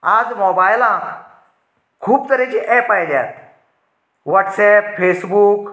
आज मोबायलाक खूब तरेचे एप आयल्यात वॉट्सेप फेसबुक